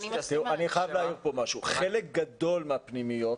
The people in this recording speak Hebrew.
אני חייב להעיר פה משהו, חלק גדול מהפנימיות